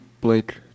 Blake